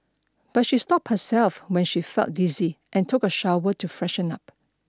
but she stopped herself when she felt dizzy and took a shower to freshen up